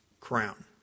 crown